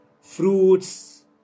Fruits